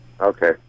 Okay